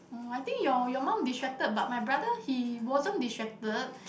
oh I think your your mom distracted but my brother he wasn't distracted